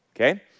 Okay